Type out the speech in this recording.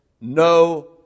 no